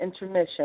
intermission